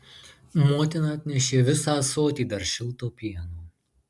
motina atnešė visą ąsotį dar šilto pieno